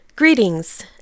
Greetings